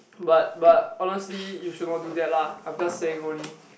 but but honestly you should not do that lah I'm just saying only